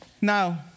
Now